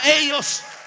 ellos